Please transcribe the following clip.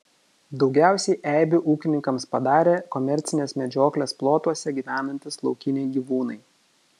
daugiausiai eibių ūkininkams padarė komercinės medžioklės plotuose gyvenantys laukiniai gyvūnai